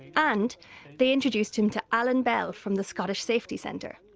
and they introduced him to alan bell from the scottish safety centre.